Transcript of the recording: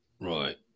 Right